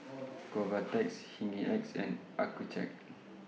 Convatec Hygin X and Accucheck